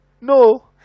No